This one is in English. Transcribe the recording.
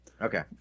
Okay